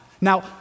Now